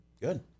Good